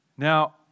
Now